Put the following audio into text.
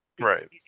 Right